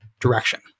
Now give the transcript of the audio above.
direction